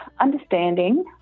Understanding